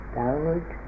downward